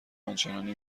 آنچنانی